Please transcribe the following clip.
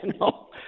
No